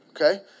okay